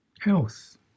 health